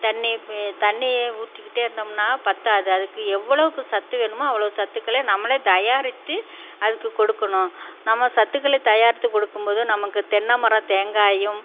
தண்ணி தண்ணி ஊற்றிக்கிட்டே இருந்தோம்னால் பற்றாது அதுக்கு எவ்வளோக்கு சத்து வேணுமோ அவ்வளோ சத்துக்களை நம்மளே தயாரித்து அதுக்கு கொடுக்கணும் நம்ம சத்துக்களை தயாரித்து கொடுக்கும் போது நமக்கு தென்னைமரம் தேங்காயும்